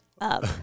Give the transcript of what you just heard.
up